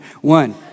One